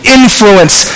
influence